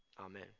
Amen